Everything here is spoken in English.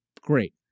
Great